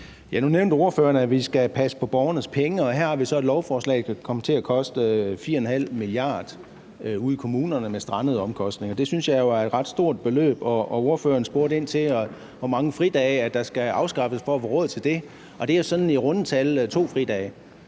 Nu nævnte ordføreren, at vi skal passe på borgernes penge, og her har vi så et lovforslag, der kan komme til at koste 4½ mia. kr. ude i kommunerne på grund af strandede omkostninger. Det synes jeg jo er et ret stort beløb. Ordføreren spurgte ind til, hvor mange fridage der skal afskaffes for at få råd til det. Det er sådan i runde tal to fridage.